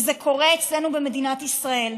וזה קורה אצלנו במדינת ישראל.